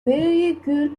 véhicule